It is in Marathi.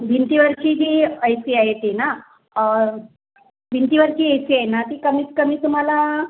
भिंतीवरची जी आहे ती आहे ती ना भिंतीवरची ए सी आहे ना ती कमीतकमी तुम्हाला